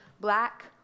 black